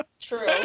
true